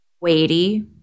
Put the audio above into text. weighty